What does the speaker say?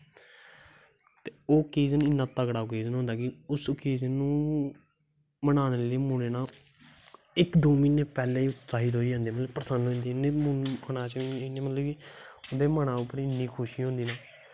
ते ओह् तगड़ा होंदा कि ओह् समझो इक दो महनें पैह्लैं मतलव की उंदे मनां पर इन्नी खुशी होंदी